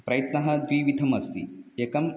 प्रयत्नः त्रिविधम् अस्ति एकम्